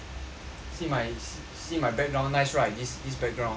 see my see my background nice right this this background